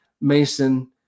Mason